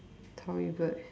Tory Burch